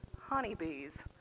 honeybees